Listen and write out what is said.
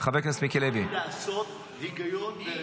צריך לעשות היגיון.